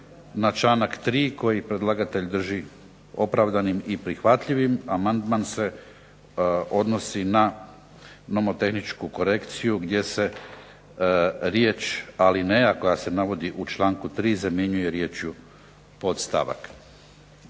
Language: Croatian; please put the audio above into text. na članak 3. koji predlagatelj drži opravdanim i prihvatljivim, amandman se odnosi na nomotehničku korekciju gdje se riječ alineja koja se navodi u članku 3. zamjenjuje riječju podstavak.